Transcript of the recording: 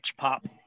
pop